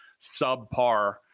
subpar